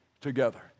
together